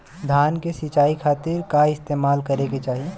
धान के सिंचाई खाती का इस्तेमाल करे के चाही?